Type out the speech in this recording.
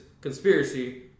conspiracy